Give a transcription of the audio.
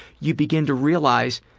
you begin to realize